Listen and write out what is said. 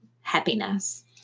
happiness